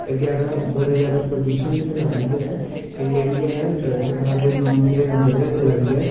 जादै बड़ी जादै प्रदूषण निं फैला दी ऐ ते एह् जेह्ड़ी ऐ सरकार दे अनुसार गै चला दी ऐ